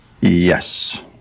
Yes